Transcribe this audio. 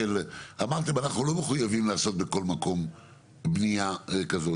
אמרתם אנחנו לא מחויבים לעשות בכל מקום בנייה כזאת.